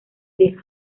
the